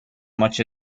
much